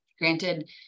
Granted